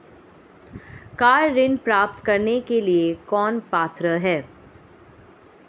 Car ऋण प्राप्त करने के लिए कौन पात्र है?